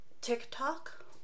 TikTok